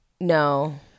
No